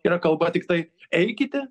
yra kalba tiktai eikite